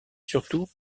surtout